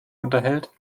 unterhält